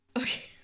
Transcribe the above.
Okay